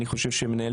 אני חושב שמנהלי